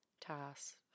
tasks